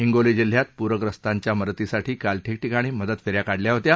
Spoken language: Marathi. हिंगोली जिल्ह्यात पूरग्रस्तांच्या मदतीसाठी काल ठिकठिकाणी मदत फे या काढल्या होत्या